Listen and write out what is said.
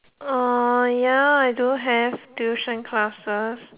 uh ya I do have tuition classes